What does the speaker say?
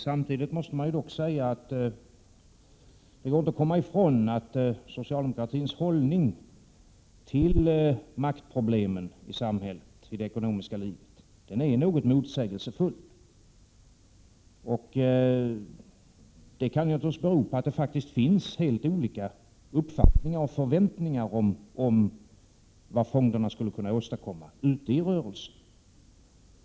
Samtidigt måste man dock säga att det inte går att komma ifrån att socialdemokraternas hållning till maktproblemen i samhället, i det ekonomiska läget, är något motsägelsefull. Det kan faktiskt bero på att det finns helt olika uppfattningar och förväntningar om vad fonderna skulle åstadkomma ute i rörelsen.